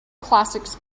classics